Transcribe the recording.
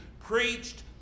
preached